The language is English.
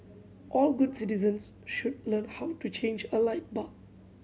all good citizens should learn how to change a light bulb